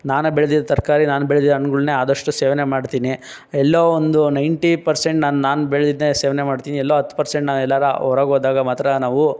ನಾನೇ ಬೆಳ್ದಿದ್ದು ತರಕಾರಿ ನಾನು ಬೆಳೆದಿರೋ ಹಣ್ಣುಗಳನ್ನೇ ಅದಷ್ಟು ಸೇವನೆ ಮಾಡ್ತೀನಿ ಎಲ್ಲೋ ಒಂದೂ ನೈನ್ಟಿ ಪರ್ಸೆಂಟ್ ನಾನು ಬೆಳ್ದಿದ್ದೇನೆ ಸೇವನೆ ಮಾಡ್ತೀನಿ ಎಲ್ಲೋ ಹತ್ತು ಪರ್ಸೆಂಟ್ ನಾನು ಎಲ್ಲಾದ್ರೂ ಹೊರಗೋದಾಗ ಮಾತ್ರ ನಾವು